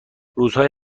روزهای